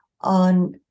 on